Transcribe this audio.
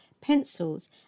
pencils